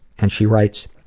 and she writes,